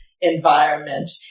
environment